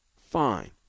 fine